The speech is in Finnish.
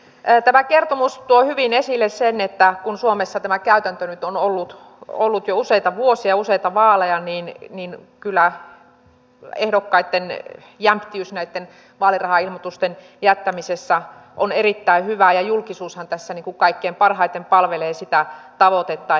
tämä kertomus tuo hyvin esille sen että kun suomessa tämä käytäntö nyt on ollut jo useita vuosia ja useita vaaleja niin kyllä ehdokkaitten jämptiys näitten vaalirahailmoitusten jättämisessä on erittäin hyvä ja julkisuushan tässä kaikkein parhaiten palvelee sitä tavoitetta